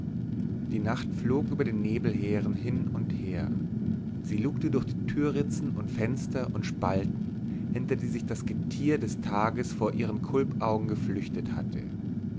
die nacht flog über den nebelheeren hin und her sie lugte durch die türritzen und fenster und spalten hinter die sich das getier des tages vor ihren kulpaugen geflüchtet hatte